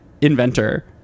inventor